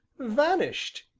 vanished!